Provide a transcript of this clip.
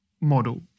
model